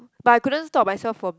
but I couldn't stop myself from